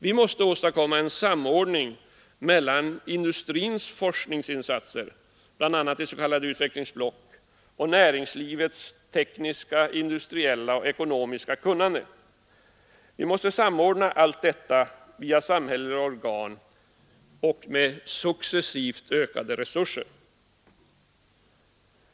Vi måste åstadkomma en samordning av industrins forskningsinsatser, bl.a. i s.k. utvecklingsblock. Och industrins och näringslivets tekniska, industriella och ekonomiska kunnande måste samordnas med motsvarande kunnande inom samhälleliga organ och med successivt ökande offentliga resurser.